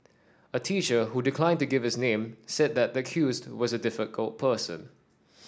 a teacher who declined to give his name said that the accused was a difficult person